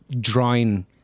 drawing